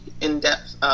in-depth